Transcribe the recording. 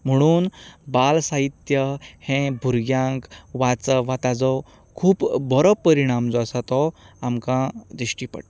म्हणून बाल साहित्य हें भुरग्यांक वाचन वा ताचो खूब बरो परिणाम जो आसा तो आमकां दिश्टी पडटा